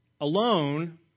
alone